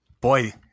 Boy